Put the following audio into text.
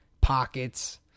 pockets